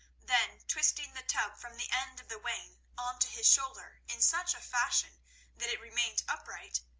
then twisting the tub from the end of the wain onto his shoulder in such a fashion that it remained upright,